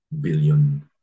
billion